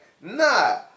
Nah